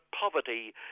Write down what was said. poverty